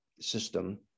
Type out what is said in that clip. system